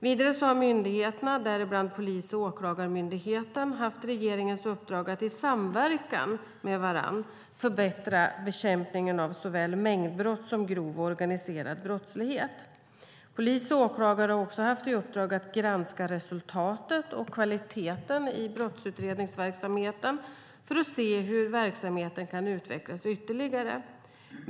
Vidare har myndigheterna, däribland Polisen och Åklagarmyndigheten, haft regeringens uppdrag att i samverkan med varandra förbättra bekämpningen av såväl mängdbrott som grov organiserad brottslighet. Polis och åklagare har också haft i uppdrag att granska resultatet och kvaliteten i brottsutredningsverksamheten för att se hur verksamheten kan utvecklas ytterligare.